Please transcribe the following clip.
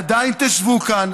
עדיין תשבו כאן,